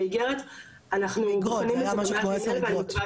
זה לא איגרת אחת,